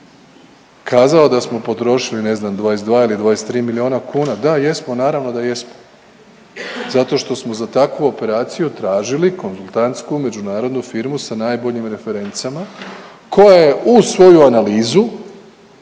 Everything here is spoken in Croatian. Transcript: kazao da smo potrošili ne znam 22 ili 23 miliona kuna, da jesmo naravno da jesmo zato što smo za takvu operaciju tražili konzultantsku međunarodnu firmu sa najboljim referencama koja je u svoju analizu